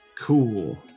Cool